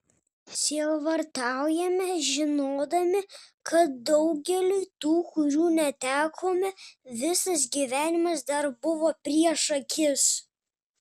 sielvartaujame žinodami kad daugeliui tų kurių netekome visas gyvenimas dar buvo prieš akis